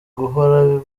guhora